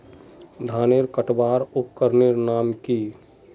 धानेर कटवार उपकरनेर नाम की?